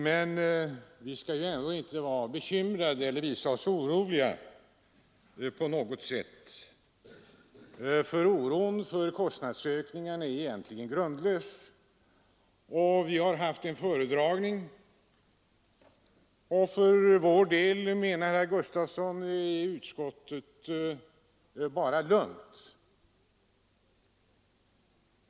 Men, sade han, vi skall icke vara oroliga, ty en sådan oro för kostnadsökningar är egentligen grundlös. Vi har haft föredragningar om detta i utskottet, sade herr Gustavsson, och vi kan vara lugna.